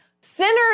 Sinner's